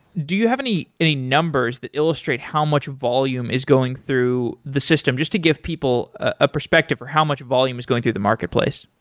do you have any any numbers that illustrate how much volume is going through the system, just to give people a perspective on how much volume is going through the market place?